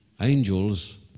Angels